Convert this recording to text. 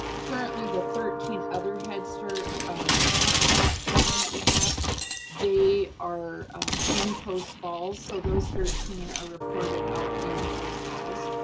currently, the thirteen other head start tanf slot children that we have they are in post falls. so those thirteen are reported out in post falls.